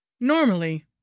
Normally